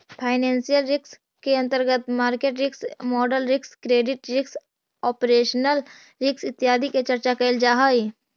financial risk के अंतर्गत market risk, model risk, credit risk, operational risk इत्यादि के चर्चा कैल जा हई